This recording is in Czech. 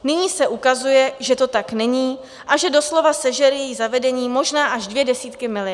Nyní se ukazuje, že to tak není a že doslova sežere její zavedení možná až dvě desítky miliard.